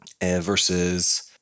Versus